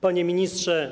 Panie Ministrze!